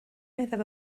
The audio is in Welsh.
meddai